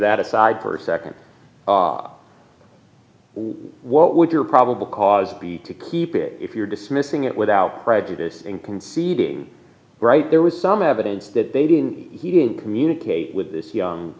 that aside per nd what would your probable cause be to keep it if you're dismissing it without prejudice in conceding right there was some evidence that they didn't he didn't communicate with this young